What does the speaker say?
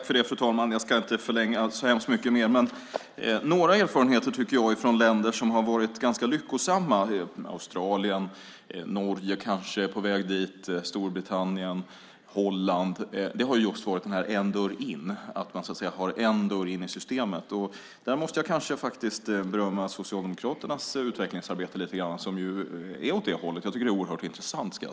Fru talman! Jag ska inte förlänga debatten så mycket mer. Jag vill ta upp några erfarenheter från länder som varit lyckosamma. Det är Australien, Norge som kanske är på väg dit, Storbritannien och Holland. Det har varit en dörr in, det vill säga att man har en dörr in i systemet. Där måste jag faktiskt berömma Socialdemokraternas utvecklingsarbete lite grann som är åt det hållet. Det är oerhört intressant.